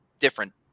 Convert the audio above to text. different